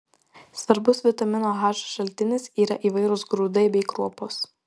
svarbus vitamino h šaltinis yra įvairūs grūdai bei kruopos